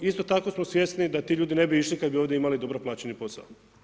Isto tako smo svjesni da ti ljudi ne bi išli kada bi ovdje imali dobro plaćeni posao.